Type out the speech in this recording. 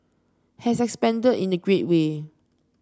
has expanded in a great way